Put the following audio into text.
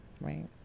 right